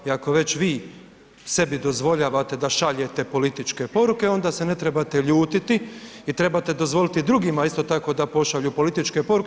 I ako već vi sebi dozvoljavate da šaljete političke poruke onda se ne trebate ljutiti i trebate dozvoliti drugima isto tako da pošalju političke poruke.